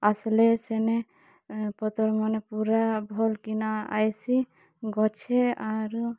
ଆସ୍ଲେ ସେନେ ପତର୍ମାନେ ପୁରା ଭଲ୍କିନା ଆଇସି ଗଛେଁ ଆରୂ